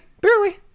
Barely